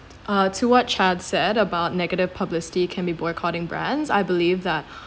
uh to what I have said about negative publicity can be boycotting brands I believe that